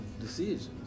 decisions